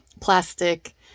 plastic